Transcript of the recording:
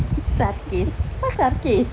sarkas what sarkas